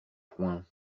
point